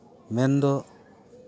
ᱢᱮᱱ ᱫᱚ